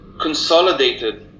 consolidated